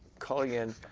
calling in.